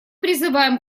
призываем